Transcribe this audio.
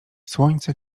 słońce